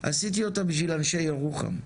עשיתי אותה בשביל אנשי ירוחם,